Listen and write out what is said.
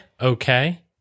okay